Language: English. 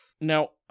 Now